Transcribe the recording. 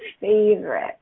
favorite